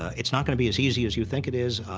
it's not going to be as easy as you think it is.